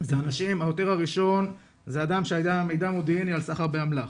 העותר הראשון זה אדם שהיה מידע מודיעיני על סחר באמל"ח.